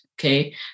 Okay